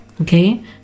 okay